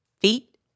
feet